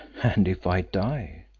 and if i die,